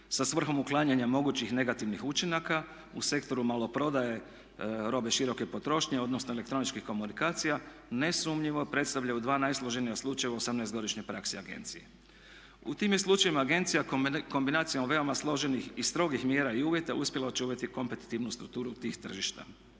sa svrhom uklanjanja mogućih negativnih učinaka u sektoru maloprodaje robe široke potrošnje odnosno elektroničkih komunikacija ne sumnjivo predstavljaju dva najsloženija slučaja u 18 godišnjoj praksi agencije. U tim je slučajevima agencija kombinacijom veoma složenih i strogih mjera i uvjeta uspjela očuvati kompetitivnu strukturu tih tržišta.